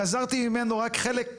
גזרתי ממנו רק חלק יחסי,